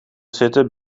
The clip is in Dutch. zitten